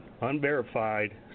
unverified